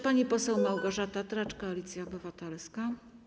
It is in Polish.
Pani poseł Małgorzata Tracz, Koalicja Obywatelska.